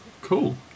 Cool